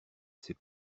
ses